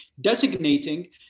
designating